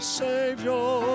savior